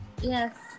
Yes